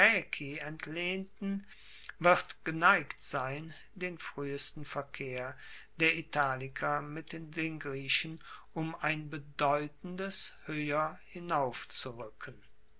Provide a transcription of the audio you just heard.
entlehnten wird geneigt sein den fruehesten verkehr der italiker mit den griechen um ein bedeutendes hoeher